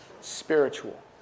Spiritual